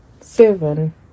seven